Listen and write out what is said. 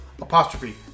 apostrophe